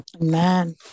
Amen